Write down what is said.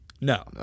No